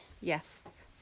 Yes